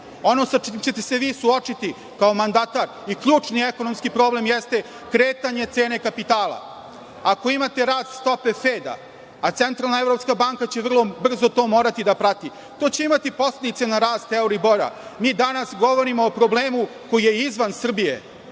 sa čime ćete se vi suočiti kao mandatar i ključni ekonomski problem jeste kretanje cene kapitala. Ako imate rast stope feda, a Centralna evropska banka će vrlo brzo to morati da prati, to će imati posledice na rast euribora. Mi danas govorimo o problemu koji je izvan Srbije.